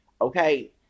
Okay